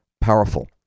powerful